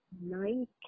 night